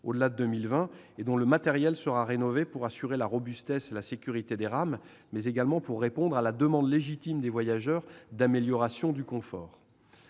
au-delà de 2020 et dont on rénovera le matériel pour assurer la robustesse et la sécurité des rames, mais également pour répondre aux demandes légitimes des voyageurs quant à l'amélioration du confort.